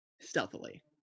stealthily